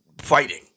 fighting